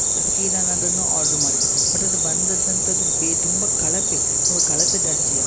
ಅದಕ್ಕೆ ನಾನು ಅದನ್ನು ಆರ್ಡ್ರು ಮಾಡಿದೆ ಬಟ್ ಅದು ಬಂದದ್ದು ಅಂಥದ್ದು ಬೆ ತುಂಬ ಕಳಪೆ ಕಳಪೆ ದರ್ಜೆಯ